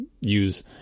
use